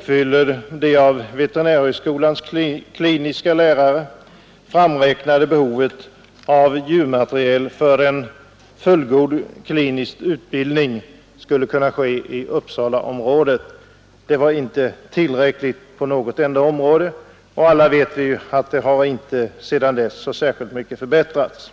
fylldes det av veterinärhögskolans kliniska lärare framräknade behovet av djurmaterial för en fullgod klinisk utbildning i Uppsalaområdet. Djurmaterialet var inte tillräckligt på något enda område, och vi vet alla att läget inte har förbättrats särskilt mycket sedan dess.